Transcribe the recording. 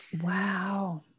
Wow